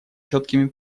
четкими